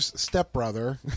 stepbrother